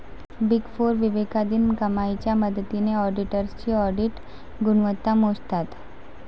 big four विवेकाधीन कमाईच्या मदतीने ऑडिटर्सची ऑडिट गुणवत्ता मोजतात